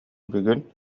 бүгүн